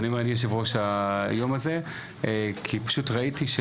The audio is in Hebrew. כי פשוט ראיתי,